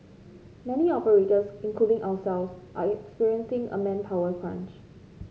many operators including ourselves are experiencing a manpower crunch